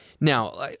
Now